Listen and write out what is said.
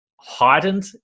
heightened